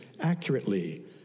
accurately